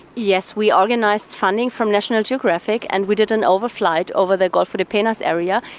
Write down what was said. yes, we organised funding from national geographic, and we did an overflight over the golfo de penas area,